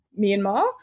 Myanmar